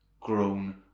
grown